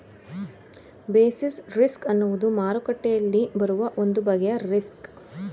basis risk ಅನ್ನುವುದು ಮಾರುಕಟ್ಟೆಯಲ್ಲಿ ಬರುವ ಒಂದು ಬಗೆಯ ರಿಸ್ಕ್